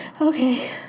Okay